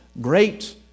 great